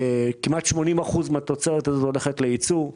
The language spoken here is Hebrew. כמעט 80% מן התוצרת הזאת הולך לייצוא.